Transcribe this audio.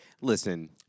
Listen